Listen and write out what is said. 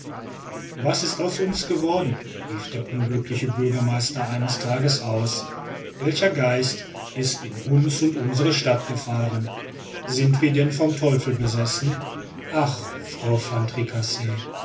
was ist aus uns geworden rief der unglückliche bürgermeister eines tages aus welcher geist ist in uns und unsere stadt gefahren sind wir denn vom teufel besessen ach frau van